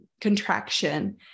contraction